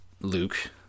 Luke